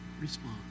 respond